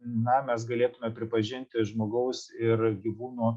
na mes galėtume pripažinti žmogaus ir gyvūno